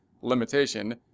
limitation